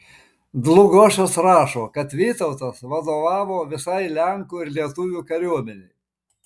dlugošas rašo kad vytautas vadovavo visai lenkų ir lietuvių kariuomenei